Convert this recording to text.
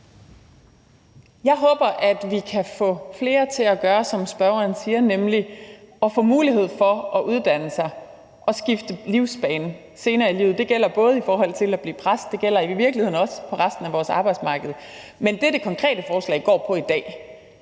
Jeg håber, at vi kan få flere til at gøre, som spørgeren siger, i forhold til muligheden for at uddanne sig og skifte livsbane senere i livet. Det gælder både i forhold til at blive præst, men det gælder i virkeligheden også på resten af vores arbejdsmarked. Men det, det konkrete forslag går på i dag,